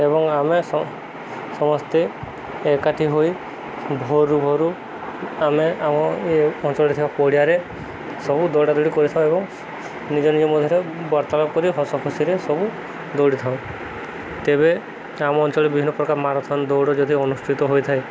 ଏବଂ ଆମେ ସମସ୍ତେ ଏକାଠି ହୋଇ ଭୋରୁ ଭୋରୁ ଆମେ ଆମ ଏ ଅଞ୍ଚଳରେ ଥିବା ପଡ଼ିଆରେ ସବୁ ଦୌଡ଼ା ଦୌଡ଼ି କରିଥାଉ ଏବଂ ନିଜ ନିଜ ମଧ୍ୟରେ ବର୍ତ୍ତାଳାପ କରି ହସଖୁସିରେ ସବୁ ଦୌଡ଼ିଥାଉ ତେବେ ଆମ ଅଞ୍ଚଳରେ ବିଭିନ୍ନ ପ୍ରକାର ମାରଥନ୍ ଦୌଡ଼ ଯଦି ଅନୁଷ୍ଠିତ ହୋଇଥାଏ